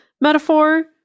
metaphor